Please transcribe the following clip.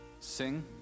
sing